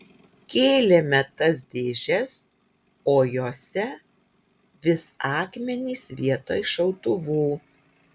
kėlėme tas dėžes o jose vis akmenys vietoj šautuvų